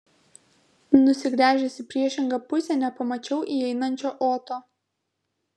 nusigręžęs į priešingą pusę nepamačiau įeinančio oto